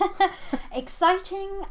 Exciting